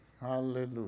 Hallelujah